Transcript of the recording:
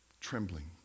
trembling